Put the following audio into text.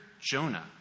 Jonah